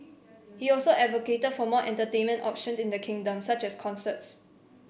he also advocated for more entertainment options in the kingdom such as concerts